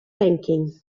ranking